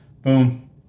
boom